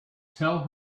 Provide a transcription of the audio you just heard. tell